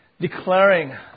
declaring